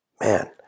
Man